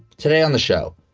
today on the show,